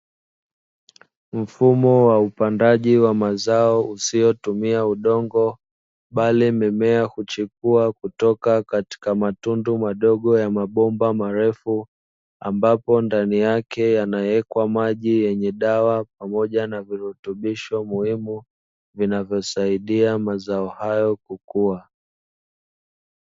Mfumo wa upandaji wa mazao usiotumia udongo bali mimea huchukua kutoka katika matundu madogo ya mabomba marefu, ambapo ndani yake yanawekwa maji yenye dawa pamoja na virutubisho muhimu vinavyosaidia mazao hayo kukua.